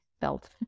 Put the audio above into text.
felt